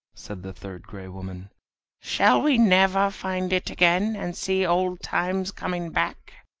said the third gray woman shall we never find it again, and see old times coming back?